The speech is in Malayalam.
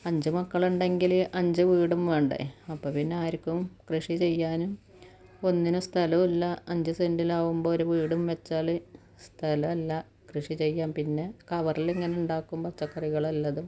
അഞ്ച് മക്കളുണ്ടെങ്കില് അഞ്ച് വീടും വേണ്ടേ അപ്പോള് പിന്നെ ആര്ക്കും കൃഷി ചെയ്യാനും ഒന്നിനും സ്ഥലവുമില്ല അഞ്ച് സെന്റിലാവുമ്പോള് ഒരു വീടും വെച്ചാല് സ്ഥലമില്ല കൃഷി ചെയ്യാന് പിന്നെ കവറില് ഇങ്ങനെ ഉണ്ടാക്കുമ്പോള് പച്ചക്കറി വല്ലതും